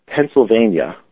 Pennsylvania